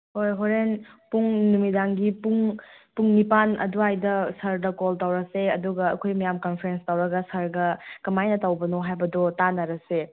ꯍꯣꯏ ꯍꯣꯔꯦꯟ ꯄꯨꯡ ꯅꯨꯃꯤꯗꯥꯡꯒꯤ ꯄꯨꯡ ꯄꯨꯡ ꯅꯤꯄꯥꯜ ꯑꯗꯨꯋꯥꯏꯗ ꯁꯔꯗ ꯀꯣꯜ ꯇꯧꯔꯁꯦ ꯑꯗꯨꯒ ꯑꯩꯈꯣꯏ ꯃꯌꯥꯝ ꯀꯟꯐꯔꯦꯟꯁ ꯇꯧꯔꯒ ꯁꯔꯒ ꯀꯃꯥꯏꯅ ꯇꯧꯕꯅꯣ ꯍꯥꯏꯕꯗꯨ ꯇꯥꯟꯅꯔꯁꯦ